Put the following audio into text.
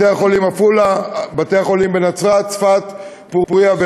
בתי-החולים בעפולה, בנצרת, בצפת, בפוריה,